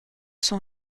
son